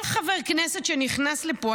כל חבר כנסת שנכנס לפה,